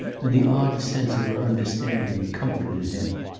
and the odd sense of her understanding, comforted him.